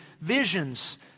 visions